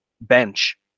bench